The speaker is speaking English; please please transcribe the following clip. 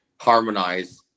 harmonize